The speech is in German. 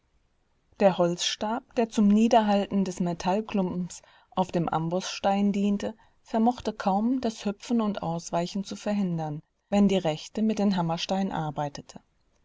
der holzstab der zum niederhalten des metallklumpens auf dem amboßstein diente vermochte kaum das hüpfen und ausweichen zu verhindern wenn die rechte mit dem hammerstein arbeitete